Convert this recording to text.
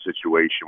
situation